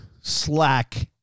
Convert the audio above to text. slack